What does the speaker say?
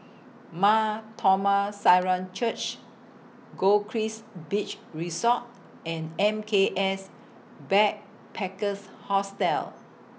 Mar Thoma Syrian Church Goldkist Beach Resort and M K S Backpackers Hostel